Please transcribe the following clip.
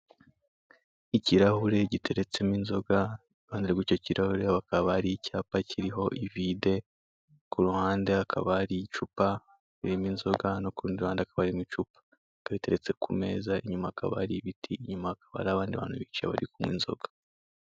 Ikirahure giteretsemo inzoga, kuruhande rw'icyo kirahure hakaba hari icyapa kiriho ivide, ku ruhande hakaba hari icupa ririmo inzoga no ku rundi ruhande hakabamo icupa. Bikaba biteretse ku meza, inyuma hakaba hari ibiti, inyuma hakaba hari abandi bantu bicaye, bari kunywa inzoga.